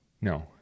no